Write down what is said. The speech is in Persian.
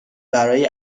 برای